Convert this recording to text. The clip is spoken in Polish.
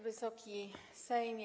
Wysoki Sejmie!